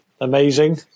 Amazing